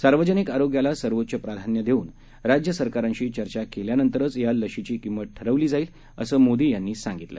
सार्वजनिक आरोग्याला सर्वोच्च प्राधान्य देऊन राज्यसरकारांशी चर्चा केल्यानंतरच या लशीची किंमत ठरवली जाईल असं मोदी यांनी सांगितलं